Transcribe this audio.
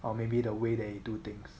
or maybe the way they do things